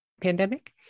pandemic